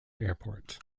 airport